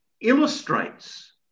illustrates